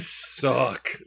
suck